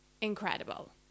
incredible